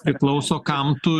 priklauso kam tu